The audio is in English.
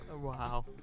Wow